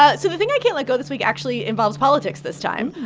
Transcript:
ah so the thing i can't let go this week actually involves politics this time.